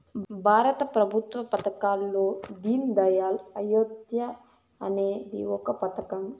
భారత ప్రభుత్వ పథకాల్లో దీన్ దయాళ్ అంత్యోదయ అనేది ఒక పథకం